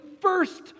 first